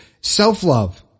Self-love